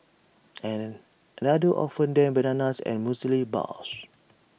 another offered them bananas and Muesli Bars